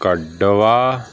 ਕਢਵਾ